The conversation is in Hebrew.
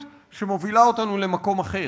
אבל צריך למנוע אותו במדיניות שמובילה אותנו למקום אחר,